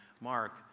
Mark